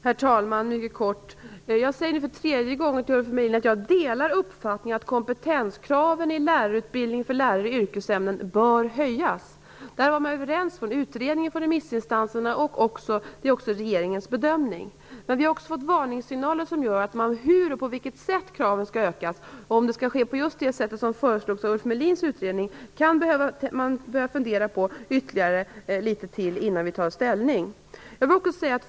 Herr talman! Jag säger nu för tredje gången till Ulf Melin att jag delar uppfattningen att kompetenskraven i lärarutbildningen för lärare i yrkesämnen bör höjas. Det var man överens om i utredningen och hos remissinstanserna, och det är också regeringens bedömning. Men vi har också fått varningssignaler. Man kan behöva fundera ytterligare på hur och på vilket sätt kraven skall ökas, och om det skall ske på just det sätt som föreslogs av Ulf Melins utredning, innan vi tar ställning.